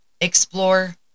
explore